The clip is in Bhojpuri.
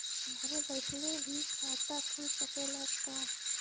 घरे बइठले भी खाता खुल सकत ह का?